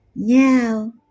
Now